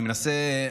אני מנסה,